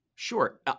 Sure